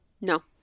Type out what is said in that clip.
No